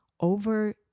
over